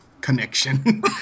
connection